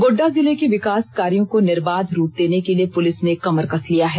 गोड्डा जिले के विकास कार्यों को निर्बाध रूप देने के लिए पुलिस ने कमर कस लिया है